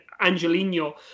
Angelino